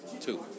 Two